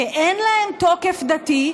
שאין להם תוקף דתי,